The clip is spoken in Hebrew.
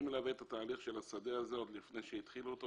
אני מלווה את התהליך של השדה הזה עוד לפני שהתחילו אותו,